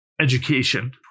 education